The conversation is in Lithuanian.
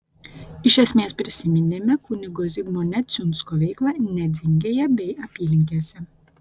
iš esmės prisiminėme kunigo zigmo neciunsko veiklą nedzingėje bei apylinkėse